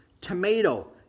tomato